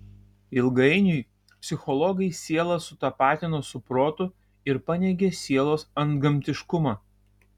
ilgainiui psichologai sielą sutapatino su protu ir paneigė sielos antgamtiškumą